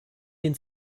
den